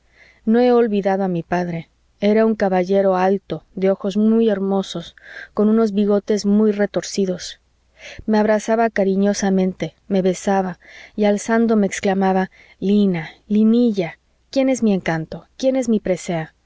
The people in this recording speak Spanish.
no he olvidado a mi padre era un caballero alto de ojos muy hermosos con unos bigotes muy retorcidos me abrazaba cariñosamente me besaba y alzándome exclamaba lina linilla quién es mi encanto quién es mi presea